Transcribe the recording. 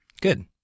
Good